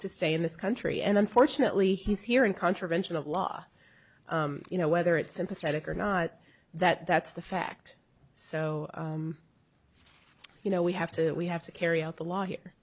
to stay in this country and unfortunately he's here in contravention of law you know whether it's sympathetic or not that that's the fact so you know we have to we have to carry out the law here